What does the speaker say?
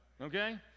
Okay